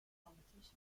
politicians